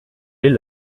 les